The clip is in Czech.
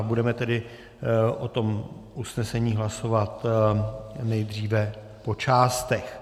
Budeme tedy o tom usnesení hlasovat nejdříve po částech.